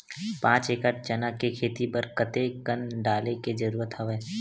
पांच एकड़ चना के खेती बर कते कन डाले के जरूरत हवय?